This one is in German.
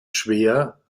schwer